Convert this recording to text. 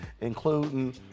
including